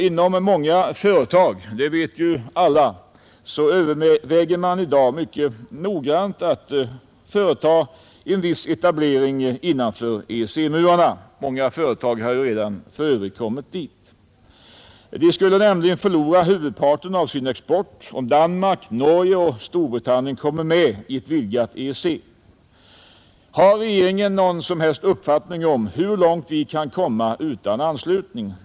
Inom många företag, det vet ju alla, överväger man i dag mycket allvarligt en viss etablering innanför EEC-murarna. Många företag har för övrigt redan kommit dit. De skulle nämligen förlora huvudparten av sin export, om Danmark, Norge och Storbritannien kommer med i ett vidgat EEC men vi står utanför. Har regeringen någon som helst uppfattning om hur långt vi kan komma utan anslutning?